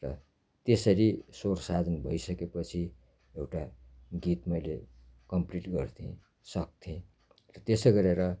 र त्यसरी स्वरसाधान भइसक्यो पछि एउटा गीत मैले कम्प्लिट गर्थेँ सक्थेँ र त्यसो गरेर